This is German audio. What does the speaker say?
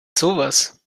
sowas